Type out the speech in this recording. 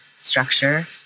structure